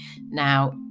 now